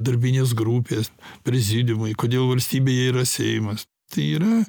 darbinės grupės prezidiumai kodėl valstybėje yra seimas tai yra